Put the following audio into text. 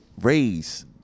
raise